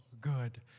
good